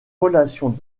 relations